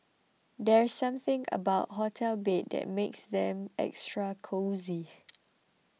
there's something about hotel beds that makes them extra cosy